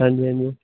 ਹਾਂਜੀ ਹਾਂਜੀ